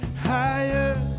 higher